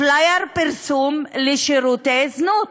פלאייר פרסום לשירותי זנות.